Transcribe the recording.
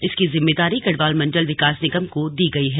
इसकी जिम्मेदारी गढ़वाल मंडल विकास निगम को दी गई है